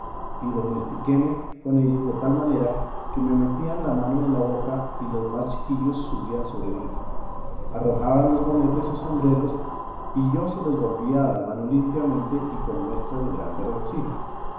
y domestiquéme con ellos de tal manera que me metían la mano en la boca y los más chiquillos subían sobre mí arrojaban los bonetes o sombreros y yo se los volvía a la mano limpiamente y con muestras de grande regocijo